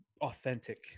authentic